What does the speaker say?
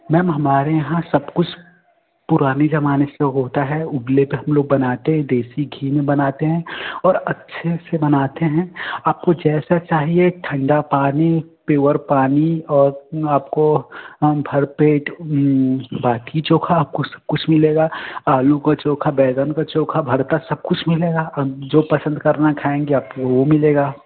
ma'am हमारे यहाँ सब कुछ पुराने ज़माने से होता हे उपले पर हम लोग बनाते हैं देसी घी में बनाते हें और अच्छे से बनाते हैं आपको जैसा चाहिए ठंडा पानी पानी और आपको भर पेट बाटी चोखा आपको सब कुछ मिलेगा आलू का चोखा बैंगन का चोखा भर्ता सब कुछ मिलेगा जो पसंद करना खाएंगी आपको वो मिलेगा